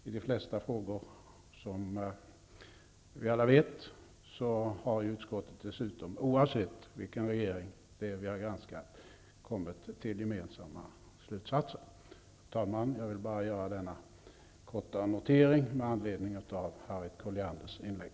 I de flesta frågor har som alla vet utskottet, oavsett vilken regering som vi har granskat, kommit till gemensamma slutsatser. Fru talman! Jag ville bara göra denna korta notering med anledning av Harriet Collianders inlägg.